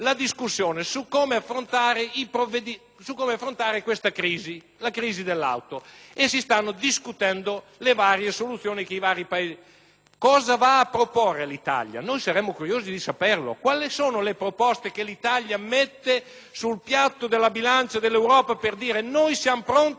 su come affrontare la crisi dell'auto e si stanno discutendo le varie soluzioni dei vari Paesi. Cosa va a proporre l'Italia? Noi saremmo curiosi di saperlo. Quali sono le proposte che l'Italia mette sul piatto della bilancia dell'Europa per dire che noi siamo pronti per affrontare la crisi dell'auto in un certo modo?